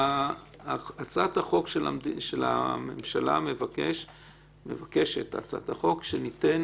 הצעת החוק של הממשלה מבקשת שניתן